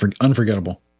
unforgettable